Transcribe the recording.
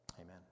amen